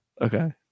okay